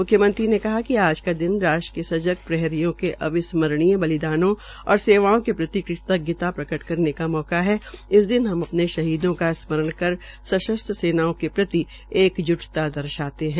मुख्यमंत्री ने कहा कि आज का दिन राष्ट्र के सजग प्रहरियों के अविस्मरणीय बलिदानों और सेवाओं के प्रति कृतज्ञता प्रकट करने का अवसर है इस दिन हम अपने श्हीदों का स्मरण कर सशस्त्र सेनाओं के प्रति एकज्टता दर्शाते है